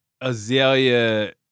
Azalea